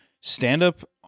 stand-up